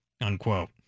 unquote